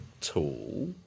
tool